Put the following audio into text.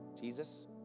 Jesus